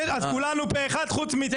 כולנו פה אחד חוץ מטיבי.